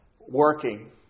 working